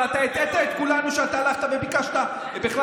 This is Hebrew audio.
אתה הטעית את כולנו בזה שהלכת וביקשת בכלל